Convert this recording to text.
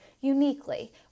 uniquely